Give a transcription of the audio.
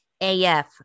AF